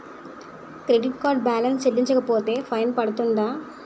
Credit card balance చెల్లించకపోతే fine పడ్తుంద?